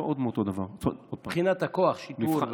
מבחינת כוח השיטור.